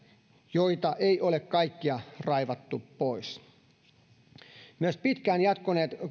joita ei ole kaikkia raivattu pois myös pitkään jatkuneet